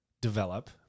develop